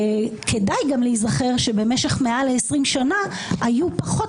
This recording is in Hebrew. כדאי גם להיזכר שבמשך יותר מ-20 שנה היו פחות